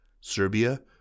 Serbia